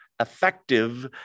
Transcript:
effective